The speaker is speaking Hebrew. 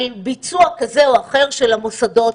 על ביצוע כזה או אחר של המוסדות,